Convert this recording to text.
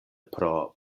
pro